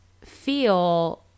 Feel